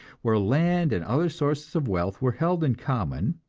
where land and other sources of wealth were held in common,